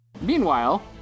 Meanwhile